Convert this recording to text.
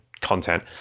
content